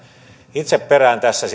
itse perään tässä